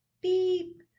Beep